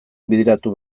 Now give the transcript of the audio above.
bideratu